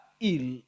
ill